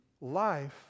life